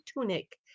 tunic